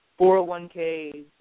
401ks